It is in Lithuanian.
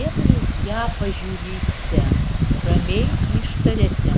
vėl į ją pažiūrite ramiai ištariate